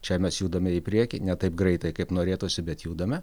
čia mes judame į priekį ne taip greitai kaip norėtųsi bet judame